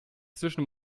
zwischen